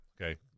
okay